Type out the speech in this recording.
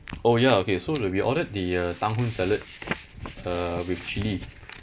oh ya okay so the we ordered the uh tang hoon salad uh with chilli